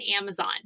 Amazon